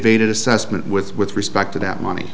evaded assessment with with respect to that money